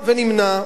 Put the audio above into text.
ו"נמנע",